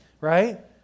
right